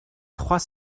trois